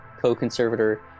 co-conservator